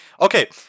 Okay